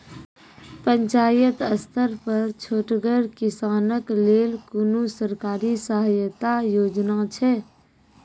पंचायत स्तर पर छोटगर किसानक लेल कुनू सरकारी सहायता योजना छै?